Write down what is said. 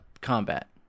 combat